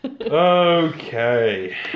Okay